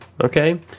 okay